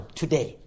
today